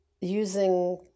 using